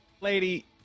lady